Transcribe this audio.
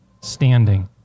Standing